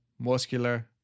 muscular